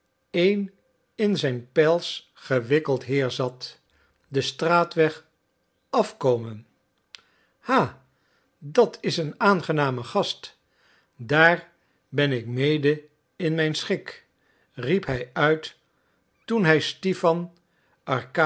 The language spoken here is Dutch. een in zijn pels gewikkeld heer zat den straatweg afkomen ha dat is een aangename gast daar ben ik mede in mijn schik riep hij uit toen hij stipan